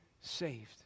saved